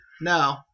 No